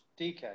DK